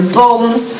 bones